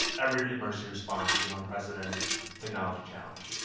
every emergency response is an unprecedented technology challenge.